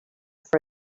for